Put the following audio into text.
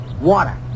water